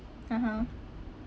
(uh huh)